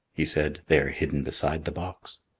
he said, they are hidden beside the box.